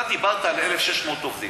דיברת על 1,600 עובדים,